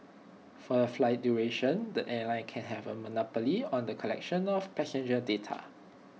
for the flight duration the airline can have A monopoly on the collection of passenger data